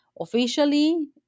officially